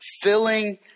filling